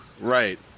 Right